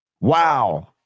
Wow